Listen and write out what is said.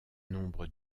nombre